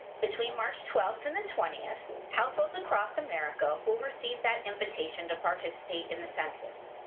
between march twelve and the twentieth, households across america will receive that invitation to participate in the census.